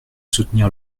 soutenir